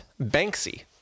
banksy